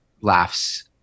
laughs